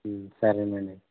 సరేనండి